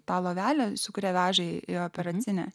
tą lovelę sukuria veža į operacinę